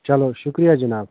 چلو شُکریہ جناب